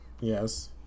yes